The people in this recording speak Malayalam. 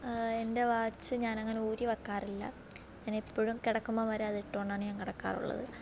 എൻ്റെ വാച്ച് ഞാൻ അങ്ങനെ ഊരി വെക്കാറില്ല ഞാൻ എപ്പഴും കിടക്കുമ്പം വരെ അതിട്ടുകൊണ്ടാണ് ഞാൻ കിടക്കാറുള്ളത്